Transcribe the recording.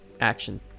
action